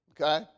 okay